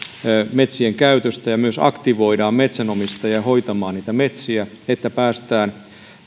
metsien käytöstä ja myös aktivoidaan metsänomistajia hoitamaan niitä metsiä että päästään